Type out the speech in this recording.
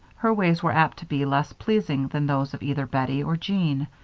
her ways were apt to be less pleasing than those of either bettie or jean,